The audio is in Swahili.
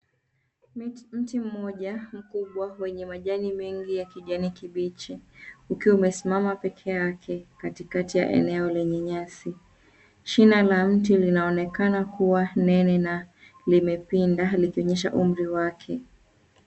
Mti moja mkubwa wenye majani mengi ya kijani kibichi ukiwa umesimama pekee yake katikati ya eneo lenye nyasi. Shina la mti linaonekana kuwa nene na limepinda likionyesha umri wake.